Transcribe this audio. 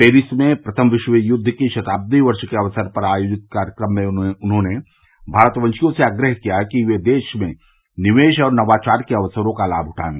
Paris में प्रथम विश्व युद्द की शताब्दी वर्ष के अवसर पर आयोजित कार्यक्रम में उन्होंने भारत वशियों से आग्रह किया कि वे देश में निवेश और नवाचार के अवसरों का लाभ उठाएं